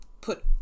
put